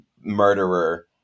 murderer